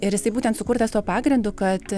ir jisai būtent sukurtas tuo pagrindu kad